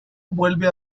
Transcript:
vuelve